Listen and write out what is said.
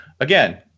again